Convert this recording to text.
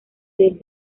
del